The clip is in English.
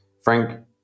Frank